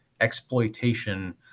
exploitation